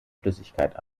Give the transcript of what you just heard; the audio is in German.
flüssigkeit